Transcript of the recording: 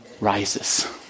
rises